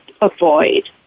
avoid